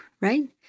right